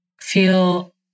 feel